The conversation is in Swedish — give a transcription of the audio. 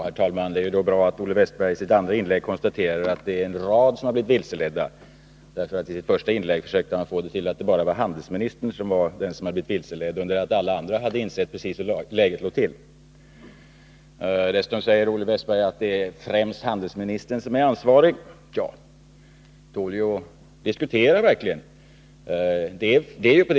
Herr talman! Det är bra att Olle Wästberg i sitt andra inlägg konstaterar att det är en rad personer som blivit vilseledda. I det första inlägget försökte han ju få det till att det var bara handelsministern som blivit vilseledd, under det att alla andra insett precis hur läget var. Dessutom säger Olle Wästberg att det är främst handelsministern som är ansvarig, men det tål verkligen att diskuteras.